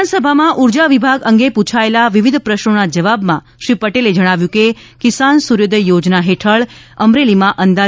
વિધાનસભામાં ઉર્જા વિભાગ અંગે પૂછાયેલા વિવિધ પ્રશ્નોનાં જવાબમાં શ્રી પટેલે જણાવ્યું હતું કે કિસાન સૂર્યોદય યોજના હેઠળ અમરેલીમાં રૂા